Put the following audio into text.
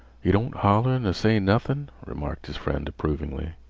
yeh don't holler ner say nothin', remarked his friend approvingly.